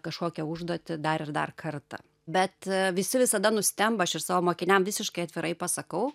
kažkokią užduotį dar ir dar kartą bet visi visada nustemba aš ir savo mokiniam visiškai atvirai pasakau